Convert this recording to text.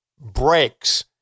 breaks